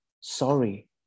sorry